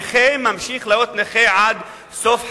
הנכה ממשיך להיות נכה עד סוף חייו,